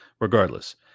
regardless